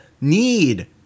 need